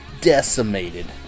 decimated